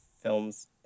films